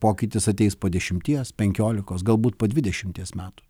pokytis ateis po dešimties penkiolikos galbūt po dvidešimties metų